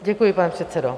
Děkuji, pane předsedo.